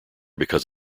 because